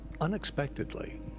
unexpectedly